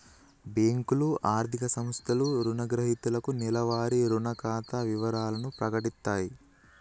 బ్యేంకులు, ఆర్థిక సంస్థలు రుణగ్రహీతలకు నెలవారీ రుణ ఖాతా వివరాలను ప్రకటిత్తయి